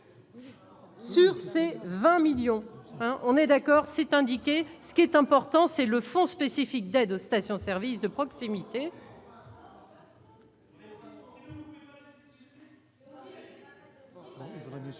C'est 20 millions. On est d'accord, c'est indiqué, ce qui est important, c'est le fonds spécifique d'aide aux stations services de proximité.